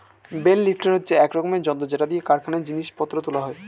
bell lifter হচ্ছে এক রকমের যন্ত্র যেটা দিয়ে কারখানায় জিনিস পত্র তোলা হয়